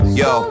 yo